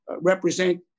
represent